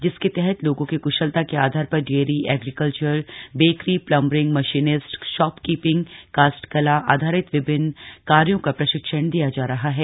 जिसके तहत लोगो की कृश्लता के आधार पर dairy agriculture bakery plumbing machinist shop keeping कास्ठ कला आधारित विभिन्न कार्यो का प्रशिक्षण दिया जा रहा है